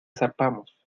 zarpamos